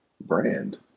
brand